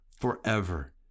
forever